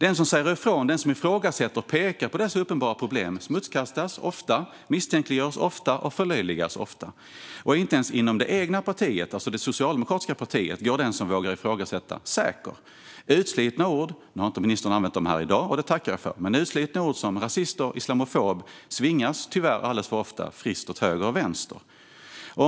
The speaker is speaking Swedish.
Den som säger ifrån, ifrågasätter och pekar på dessa uppenbara problem smutskastas, misstänkliggörs och förlöjligas ofta. Inte ens inom det egna partiet, det vill säga inom Socialdemokraterna, går den som vågar ifrågasätta säker. Utslitna ord som rasist och islamofob svingas tyvärr alldeles för ofta friskt åt höger och vänster. Nu har ministern inte använt dem i dag, och det tackar jag för.